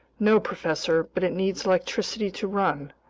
no, professor, but it needs electricity to run,